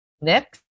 Next